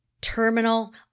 terminal